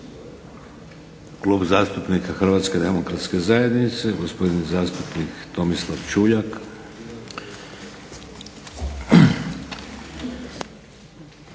Klub zastupnika Hrvatske demokratske zajednice, gospodin zastupnik Tomislav Čuljak.